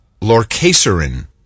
Lorcaserin